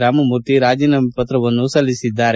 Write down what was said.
ರಾಮಮೂರ್ತಿ ರಾಜೀನಾಮೆ ಪತ್ರವನ್ನು ಸಲ್ಲಿಸಿದ್ದಾರೆ